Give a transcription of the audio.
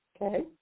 Okay